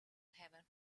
heaven